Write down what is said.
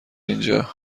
اینجا